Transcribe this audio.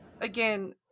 Again